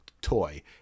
toy